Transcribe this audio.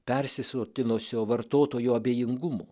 persisotinusio vartotojų abejingumu